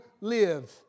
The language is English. live